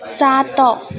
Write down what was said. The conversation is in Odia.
ସାତ